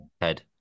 head